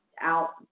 out